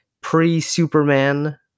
pre-Superman